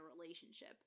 relationship